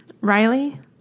Riley